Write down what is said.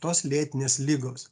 tos lėtinės ligos